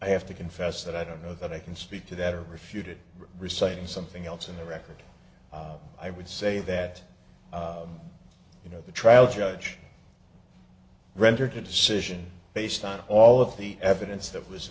i have to confess that i don't know that i can speak to that or refuted reciting something else in the record i would say that you know the trial judge render to decision based on all of the evidence that was